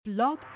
Blog